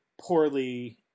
poorly